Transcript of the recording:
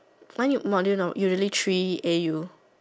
why need module now you already three a U